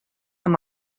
amb